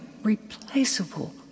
replaceable